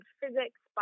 physics